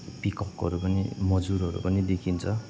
पिककहरू पनि मजुरहरू पनि देखिन्छ